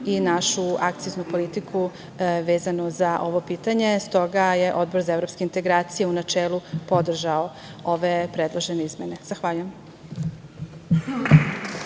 i našu akciznu politiku vezanu za ovo pitanje. S toga je Odbor za evropske integracije u načelu podržao ove predložene izmene. Zahvaljujem.